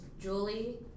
Julie